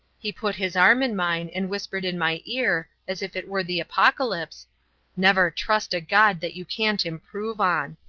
he put his arm in mine and whispered in my ear, as if it were the apocalypse never trust a god that you can't improve on